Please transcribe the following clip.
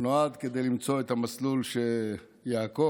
הוא נועד למצוא את המסלול שיעקוף